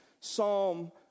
Psalm